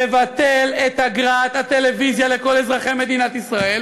מבטל את אגרת הטלוויזיה לכל אזרחי מדינת ישראל,